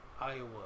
Iowa